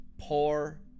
poor